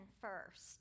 first